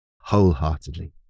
wholeheartedly